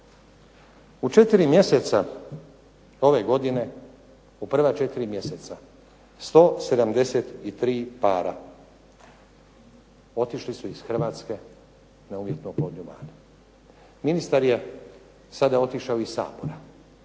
U 4 mjeseca ove godine, u prva 4 mjeseca 173 para otišli su iz Hrvatske na umjetnu oplodnju van. Ministar je sada otišao iz Sabora,